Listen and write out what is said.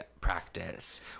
practice